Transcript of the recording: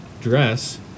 dress